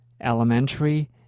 elementary